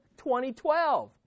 2012